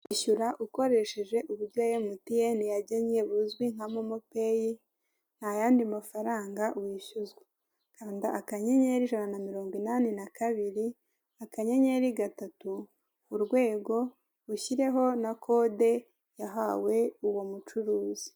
Ishyura ukoresheje uburyo MTN yagennye buzwi nka momo peyi ntayandi mafaranga wishyuzwa, kanda akanyenyeri ijana na mirongo inani na kabiri, akanyenyeri gatatu urwego, ushyireho na kode yahawe uwo mucuruzi.